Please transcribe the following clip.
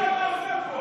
מה אתה עושה פה,